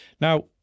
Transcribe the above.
Now